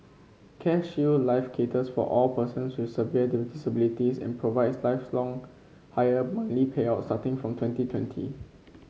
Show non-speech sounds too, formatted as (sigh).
CareShield Life caters for all persons with severe disabilities and provides lifelong higher monthly payout (unintelligible) from twenty twenty